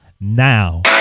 now